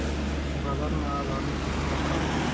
बाजार में आज आलू के कीमत का होई?